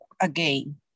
again